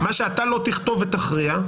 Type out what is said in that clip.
מה שאתה לא תכתוב ותכריע,